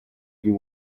you